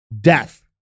death